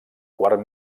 quart